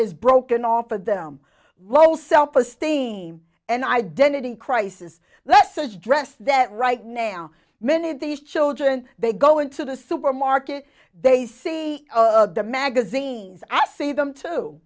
is broken off of them low self esteem and identity crisis let's address that right now many of these children they go into the supermarket they see the magazines i see them too